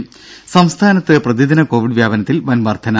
ദേദ സംസ്ഥാനത്ത് പ്രതിദിന കോവിഡ് വ്യാപനത്തിൽ വൻ വർദ്ധന